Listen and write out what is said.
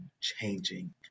changing